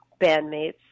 bandmates